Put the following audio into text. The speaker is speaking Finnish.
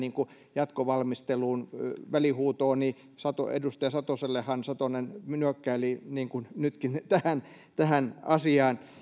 jatkovalmisteluun välihuutooni edustaja satosellehan satonen nyökkäili niin kuin nytkin tähän tähän asiaan